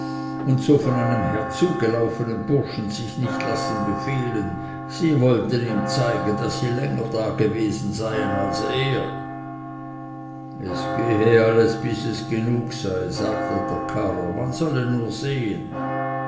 und so von einem herzugelaufenen burschen sich nicht lassen befehlen sie wollten ihm zeigen daß sie länger dagewesen seien als er es gehe alles bis es genug sei sagte der karrer man solle nur sehen